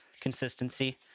consistency